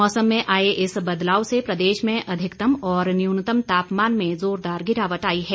मौसम में आए इस बदलाव से प्रदेश में अधिकतम और न्यूनतम तापमान में जोरदार गिरावट आई है